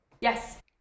Yes